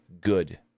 Good